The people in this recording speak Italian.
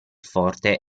forte